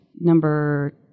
number